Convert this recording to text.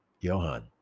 johan